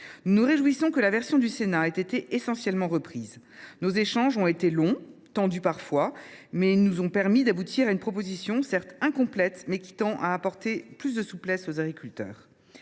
Nous nous réjouissons que la version du Sénat ait été essentiellement reprise. Nos échanges ont été longs, tendus parfois, mais ils nous ont permis d’aboutir à une proposition, certes incomplète, mais qui tend à apporter plus de souplesse aux agriculteurs.